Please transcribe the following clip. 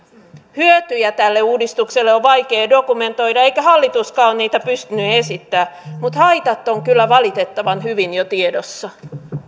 hyötyjä tälle uudistukselle on on vaikea dokumentoida eikä hallituskaan ole niitä pystynyt esittämään mutta haitat ovat kyllä valitettavan hyvin jo tiedossa